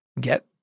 get